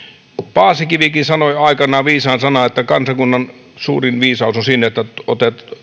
paasikivikin sanoi aikanaan viisaan sanan että kansakunnan suurin viisaus on siinä että